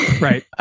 Right